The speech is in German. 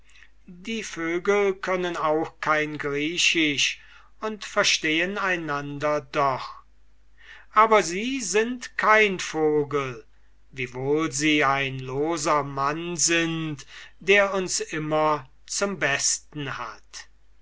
die vögel können auch kein griechisch und verstehen einander doch aber sie sind kein vogel wiewohl sie ein loser mann sind der uns immer zum besten hat